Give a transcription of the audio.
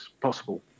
possible